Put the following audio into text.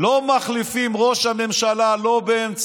לא מחליפים את ראש הממשלה, לא באמצעות